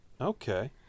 Okay